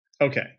Okay